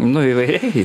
nu įvairiai